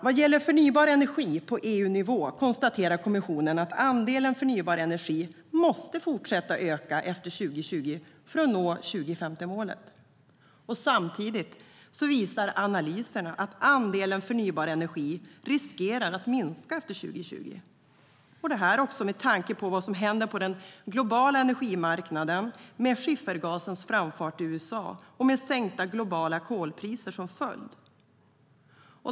Vad gäller förnybar energi på EU-nivå konstaterar kommissionen att andelen förnybar energi måste fortsätta öka efter 2020 för att nå 2050-målet. Samtidigt visar analyserna att andelen förnybar energi riskerar att minska efter 2020. Då ska man också tänka på vad som händer på den globala energimarknaden med skiffergasens framfart i USA med sänkta globala kolpriser som följd.